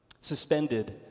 suspended